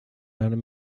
and